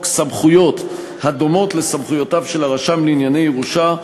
סמכויות הדומות לסמכויותיו של הרשם לענייני ירושה,